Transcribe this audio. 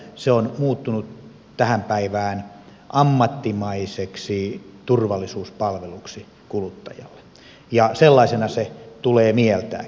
se on muuttunut tähän päivään ammattimaiseksi turvallisuuspalveluksi kuluttajalle ja sellaisena se tulee mieltääkin